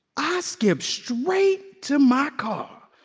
i skipped straight to my car,